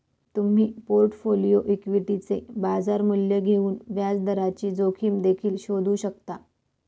तुम्ही पोर्टफोलिओ इक्विटीचे बाजार मूल्य घेऊन व्याजदराची जोखीम देखील शोधू शकता